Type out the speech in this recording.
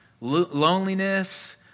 loneliness